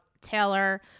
Taylor